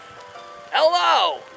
Hello